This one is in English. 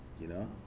you know?